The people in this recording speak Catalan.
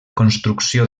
construcció